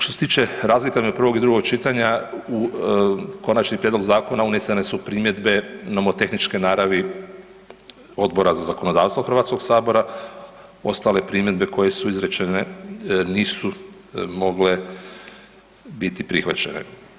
Što se tiče razlike između prvog i drugog čitanja, u konačni prijedlog zakona unesene su primjedbe novotehničke naravi Odbora za zakonodavstvo Hrvatskog sabora, ostale primjedbe koje su izrečene nisu mogle biti prihvaćene.